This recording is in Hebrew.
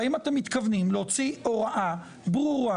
והאם אתם מתכוונים להוציא הוראה ברורה